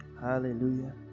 Hallelujah